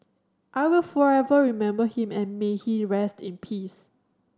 I will forever remember him and may he rest in peace